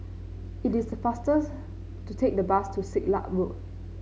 it is faster's to take the bus to Siglap Road